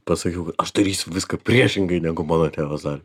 pasakiau aš darysiu viską priešingai negu mano tėvas darė